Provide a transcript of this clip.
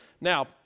Now